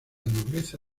nobleza